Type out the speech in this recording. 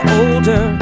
older